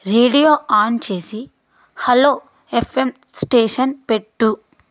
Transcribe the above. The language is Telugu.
రేడియో ఆన్ చేసి హలో ఎఫ్ఏం స్టేషన్ పెట్టు